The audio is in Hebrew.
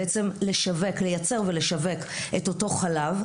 בעצם לייצר ולשווק את אותו חלב,